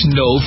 no